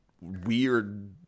weird